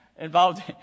involved